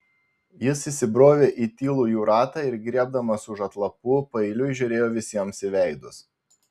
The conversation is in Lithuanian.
jis įsibrovė į tylų jų ratą ir griebdamas už atlapų paeiliui žiūrėjo visiems į veidus